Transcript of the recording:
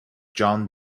john